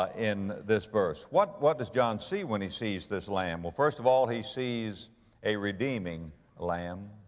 ah in this verse. what, what does john see when he sees this lamb? well, first of all, he sees a redeeming lamb,